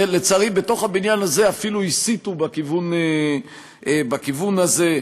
ולצערי בתוך הבניין הזה אפילו הסיתו בכיוון הזה.